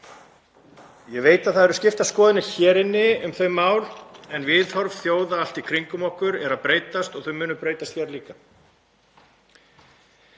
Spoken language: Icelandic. Ég veit að það eru skiptar skoðanir hér inni um þau mál en viðhorf þjóða allt í kringum okkur eru að breytast og þau munu breytast hér líka.